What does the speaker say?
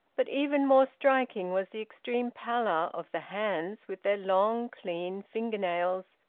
but even more striking was the extreme pallor of the hands with their long clean fingernails,